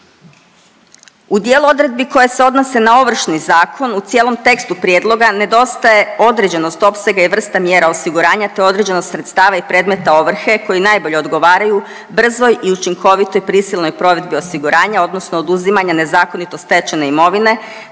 U dijelu odredbi koje se odnose na Ovršni zakon u cijelom tekstu prijedloga nedostaje određenost opsega i vrsta mjera osiguranja te određenost sredstava i predmete ovrhe koji najbolje odgovaraju brzoj i učinkovitoj prisilnoj provedbi osiguranja odnosno oduzimanja nezakonito stečene imovine